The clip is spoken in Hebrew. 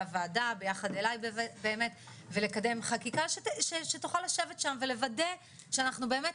הועדה ביחד אלי וזה באמת ולקדם חקיקה שתוכל לשבת שם ולוודא שאנחנו באמת,